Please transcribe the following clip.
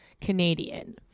Canadian